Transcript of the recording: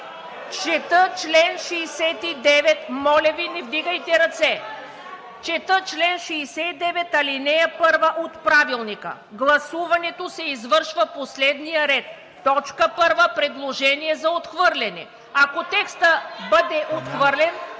Чета чл. 69. Моля Ви, не вдигайте ръце. Чета чл. 69, ал. 1 от Правилника: „Гласуването се извършва по следния ред: т. 1. Предложение за отхвърляне.“ Ако текстът бъде отхвърлен,